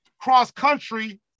cross-country